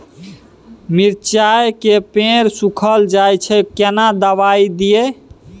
मिर्चाय के पेड़ सुखल जाय छै केना दवाई दियै?